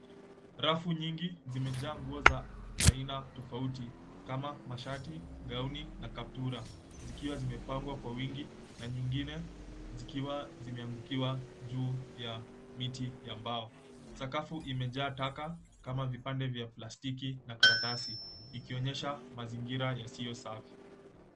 Rafu nyingi zimejaa nguo za aina tofauti kama mashati, gauni, na kaptura zikiwa zimepangwa kwa wingi na nyingine zikiwa zimeangukiwa juu ya miti ya mbao. Sakafu imejaa taka kama vipande vya plastiki na karatasi ikionyesha mazingira yasiyo safi.